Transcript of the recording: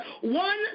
One